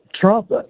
Trump